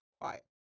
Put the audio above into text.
quiet